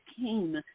came